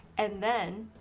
and then,